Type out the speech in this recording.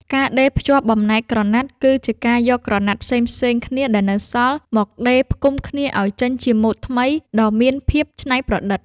ការដេរភ្ជាប់បំណែកក្រណាត់ គឺជាការយកក្រណាត់ផ្សេងៗគ្នាដែលនៅសល់ មកដេរផ្គុំគ្នាឱ្យចេញជាម៉ូដថ្មីដ៏មានភាពច្នៃប្រឌិត។